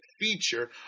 feature